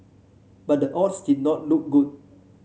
but the odds did not look good